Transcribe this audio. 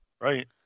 Right